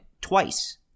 twice